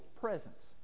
presence